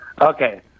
Okay